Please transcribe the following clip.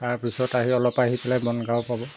তাৰপিছত আহি অলপ আহি পেলাই বনগাঁও পাব